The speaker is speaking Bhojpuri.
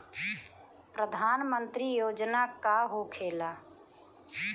प्रधानमंत्री योजना का होखेला?